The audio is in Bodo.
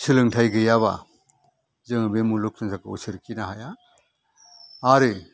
सोलोंथाइ गैयाबा जोङो बे मुलुग संसारखौ सोरखिनो हाया आरो